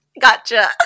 gotcha